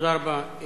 תודה רבה.